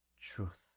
truth